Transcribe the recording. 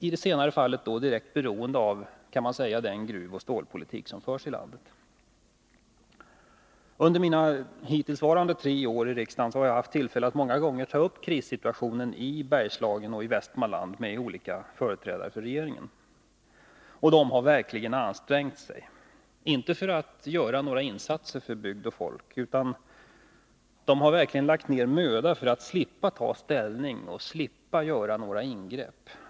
I det senare fallet är det direkt beroende av den gruvoch stålpolitik som förs i landet. Under mina hittillsvarande tre år i riksdagen har jag haft tillfälle att många gånger ta upp krissituationen i Bergslagen och Västmanland med olika företrädare för regeringen. De har verkligen ansträngt sig, inte för att göra några insatser för bygd och folk, utan de har verkligen lagt ned möda för att slippa ta ställning eller göra några ingrepp.